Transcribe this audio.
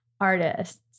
artists